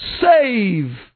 save